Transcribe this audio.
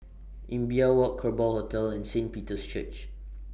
Imbiah Walk Kerbau Hotel and Saint Peter's Church